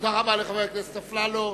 תודה רבה לחבר הכנסת אפללו.